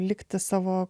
likti savo